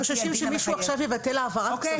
חוששים שעכשיו יבטל העברת כספים?